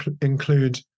include